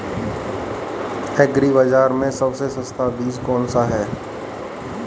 Agree बाज़ार में सबसे सस्ता बीज कौनसा है?